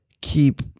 keep